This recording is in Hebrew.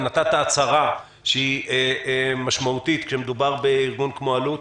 גם נתת הצהרה שהיא משמעותית כאשר מדובר בארגון כמו אלו"ט.